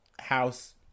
House